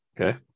okay